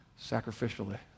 Sacrificially